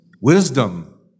Wisdom